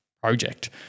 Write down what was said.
project